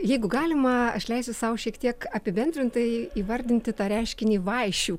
jeigu galima aš leisiu sau šiek tiek apibendrintai įvardinti tą reiškinį vaišių